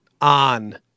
On